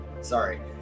sorry